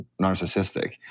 narcissistic